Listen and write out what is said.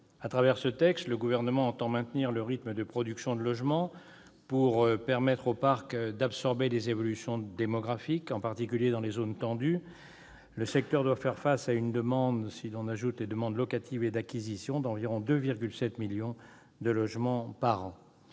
À travers ce texte, le Gouvernement entend maintenir le rythme de production de logements pour permettre au parc d'absorber les évolutions démographiques, en particulier dans les zones tendues. Le secteur doit faire face, si l'on y ajoute les demandes locatives et d'acquisition, à une demande d'environ 2,7 millions de logements par an.